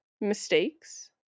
mistakes